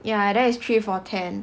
ya that is three for ten